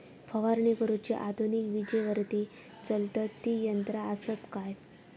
फवारणी करुची आधुनिक विजेवरती चलतत ती यंत्रा आसत काय?